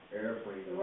airplane